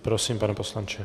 Prosím, pane poslanče.